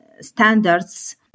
standards